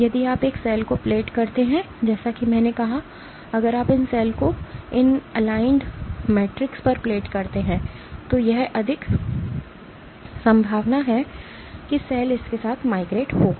यदि आप एक सेल को प्लेट करते हैं जैसा कि मैंने कहा है कि अगर आप इन सेल को इन एलाइंड मेट्रिक्स पर प्लेट करते हैं तो यह अधिक संभावना है कि सेल इसके साथ माइग्रेट होगा